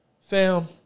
Fam